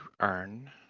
earn